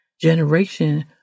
Generation